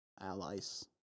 allies